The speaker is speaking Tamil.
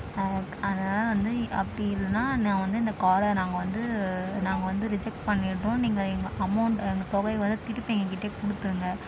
அதுக்கு அதனால் வந்து அப்படி இல்லைன்னா நான் வந்து இந்த காரை நாங்கள் வந்து நாங்கள் வந்து ரிஜெக்ட் பண்ணிடுறோம் நீங்கள் எங்கள் அமௌண்ட் எங்கள் தொகையை வந்து திருப்பி என் கிட்டேயே கொடுத்துருங்க